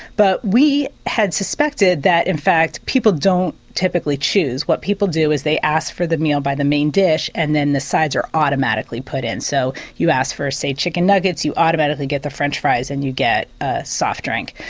but we had suspected that in fact people don't typically choose, what people do is they ask for the meal by the main dish and then the sides are automatically put in. so you ask for say chicken nuggets you automatically get the french fries and you get a soft drink.